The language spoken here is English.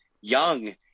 young